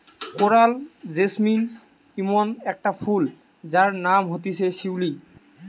coral jasmine ইমন একটা ফুল যার নাম হতিছে শিউলি